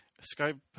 Skype